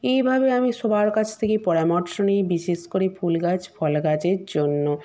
এইভাবে আমি সবার কাছ থেকেই পরামর্শ নিই বিশেষ করে ফুল গাছ ফল গাছের জন্য